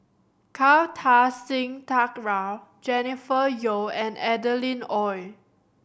Kartar Singh Thakral Jennifer Yeo and Adeline Ooi